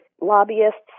lobbyists